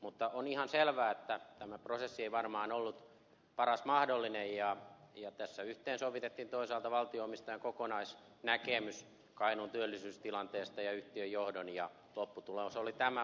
mutta on ihan selvää että tämä prosessi ei varmaan ollut paras mahdollinen ja tässä yhteensovitettiin toisaalta valtio omistajan ja yhtiön johdon kokonaisnäkemys kainuun työllisyystilanteesta ja lopputulos oli tämä